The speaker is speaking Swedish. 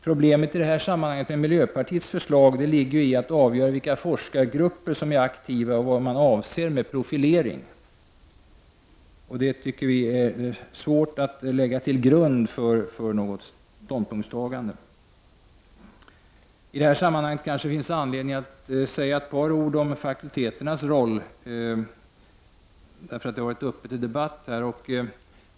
Problemet med miljöpartiets förslag ligger i att avgöra vilka forskargrupper som är aktiva och vad som avses med profilering. Det är svårt att lägga det till grund för något ståndpunktstagande. I detta sammanhang kanske det finns anledning att säga ett par ord om fakulteternas roll, som har varit uppe till debatt.